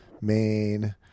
main